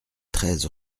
treize